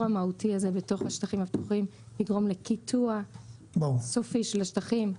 המהותי הזה בתוך השטחים הפתוחים יגרום לקיטוע סופי של השטחים.